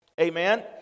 amen